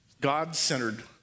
God-centered